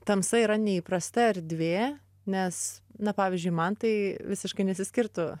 tamsa yra neįprasta erdvė nes na pavyzdžiui man tai visiškai nesiskirtų